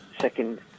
second